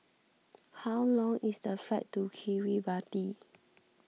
how long is the flight to Kiribati